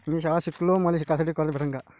मी शाळा शिकतो, मले शिकासाठी कर्ज भेटन का?